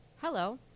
Hello